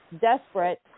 desperate